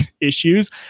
issues